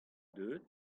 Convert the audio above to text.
deuet